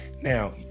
now